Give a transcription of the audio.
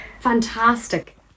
Fantastic